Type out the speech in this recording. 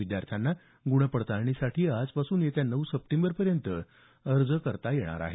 विद्यार्थ्यांना गुणपडताळणीसाठी आजपासून येत्या नऊ सप्टेंबरपर्यंत अर्ज करता येणार आहेत